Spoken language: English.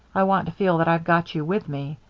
i want to feel that i've got you with me.